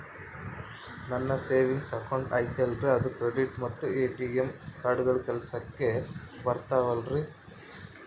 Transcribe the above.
ನನ್ನ savings account ಐತಲ್ರೇ ಅದು ಕ್ರೆಡಿಟ್ ಮತ್ತ ಎ.ಟಿ.ಎಂ ಕಾರ್ಡುಗಳು ಕೆಲಸಕ್ಕೆ ಬರುತ್ತಾವಲ್ರಿ?